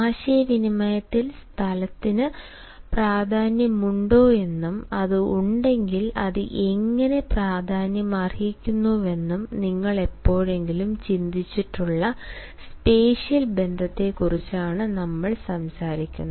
ആശയവിനിമയത്തിൽ സ്ഥലത്തിന് പ്രാധാന്യമുണ്ടോയെന്നും അത് ഉണ്ടെങ്കിൽ അത് എങ്ങനെ പ്രാധാന്യമർഹിക്കുന്നുവെന്നും നിങ്ങൾ എപ്പോഴെങ്കിലും ചിന്തിച്ചിട്ടുള്ള സ്പേഷ്യൽ ബന്ധത്തെക്കുറിച്ചാണ് നമ്മൾ സംസാരിക്കുന്നത്